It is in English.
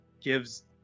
gives